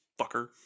Fucker